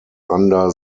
under